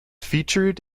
featured